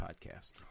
podcast